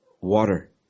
water